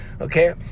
Okay